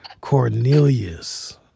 Cornelius